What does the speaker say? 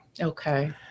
Okay